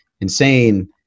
insane